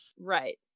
Right